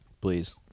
Please